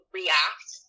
react